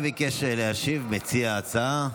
ביקש להשיב מציע ההצעה,